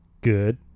Good